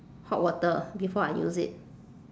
hot water before I use it